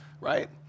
right